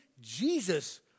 Jesus